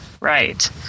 Right